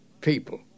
people